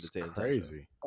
crazy